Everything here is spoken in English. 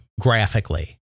graphically